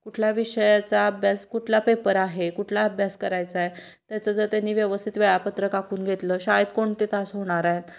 कुठल्या विषयाचा अभ्यास कुठला पेपर आहे कुठला अभ्यास करायचा आहे त्याचं जर त्यांनी व्यवस्थित वेळापत्रक आखून घेतलं शाळेत कोणते तास होणार आहेत